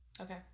Okay